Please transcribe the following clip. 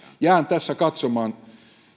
jään katsomaan